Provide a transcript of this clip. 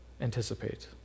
anticipate